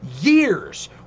years